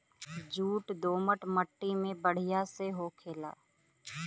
jute दोमट मट्टी में बढ़िया से होखेला